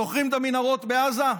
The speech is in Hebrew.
זוכרים את המנהרות בעזה,